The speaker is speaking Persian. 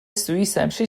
سوئیسم، شش